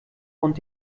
und